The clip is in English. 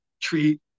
treat